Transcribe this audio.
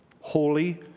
holy